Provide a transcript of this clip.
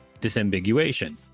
disambiguation